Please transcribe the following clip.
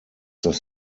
das